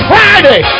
Friday